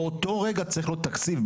באותו רגע צריך להיות תקציב,